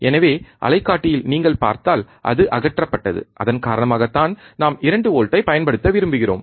எனவே அலைக்காட்டியில் நீங்கள் பார்த்தால் அது அகற்றப்பட்டது அதன் காரணமாகத்தான் நாம் 2 வோல்ட்ஐ பயன்படுத்த விரும்புகிறோம்